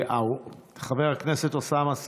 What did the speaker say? חבר הכנסת אוסאמה סעדי,